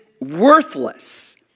worthless